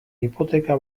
hipoteka